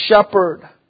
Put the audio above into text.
shepherd